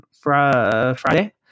Friday